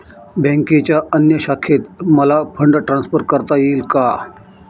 बँकेच्या अन्य शाखेत मला फंड ट्रान्सफर करता येईल का?